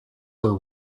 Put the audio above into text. were